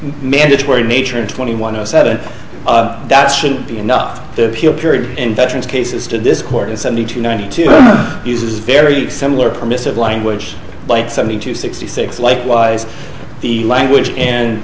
mandatory nature in twenty one o seven that should be enough to appeal period in veterans cases to this court in seventy two ninety two uses very similar permissive language but seventy two sixty six likewise the language and